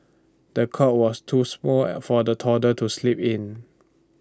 the cot was too small for the toddler to sleep in